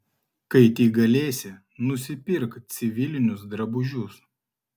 kai tik galėsi nusipirk civilinius drabužius